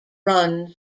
run